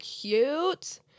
cute